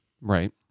Right